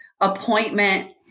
appointment